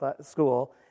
school